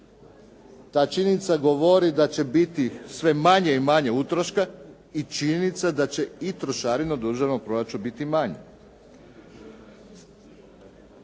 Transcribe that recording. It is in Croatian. ta činjenica govori da će biti sve manje i manje utroška i činjenica da će i trošarine od državnog proračuna biti manje.